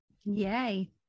Yay